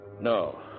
No